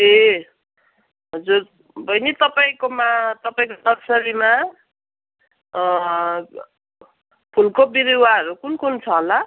ए हजुर बहिनी तपाईँकोमा तपाईँको नर्सरीमा फुलको बिरुवाहरू कुन कुन छ होला